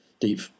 deep